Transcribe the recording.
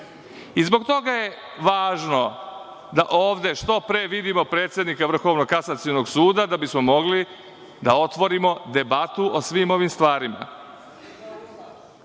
Zbog toga je važno da ovde što pre vidimo predsednika Vrhovnog kasacionog suda, da bismo mogli da otvorimo debatu o svim ovim stvarima. Pre